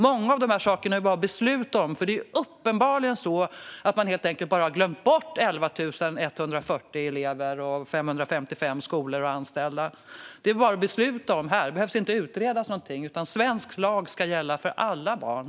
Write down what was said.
Många av dessa saker är det bara att fatta beslut om eftersom det uppenbart är så att man helt enkelt bara har glömt bort 11 140 elever, 555 skolor och de anställda på dessa skolor. Det är bara att fatta beslut här. Det behövs inga utredningar. Svensk lag ska gälla för alla barn.